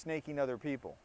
sneaking other people